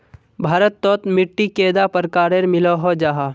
भारत तोत मिट्टी कैडा प्रकारेर मिलोहो जाहा?